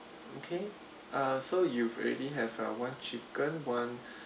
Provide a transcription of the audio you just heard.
okay uh so you've already have uh one chicken one